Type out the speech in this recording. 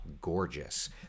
gorgeous